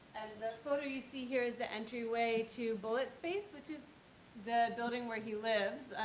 the photo you see here is the entry way to bullet space, which is the building where he lives,